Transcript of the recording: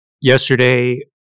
Yesterday